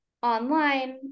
online